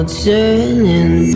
turning